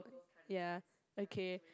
ya okay